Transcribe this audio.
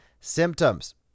symptoms